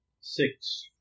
Six